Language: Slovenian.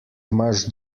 imaš